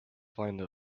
find